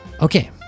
Okay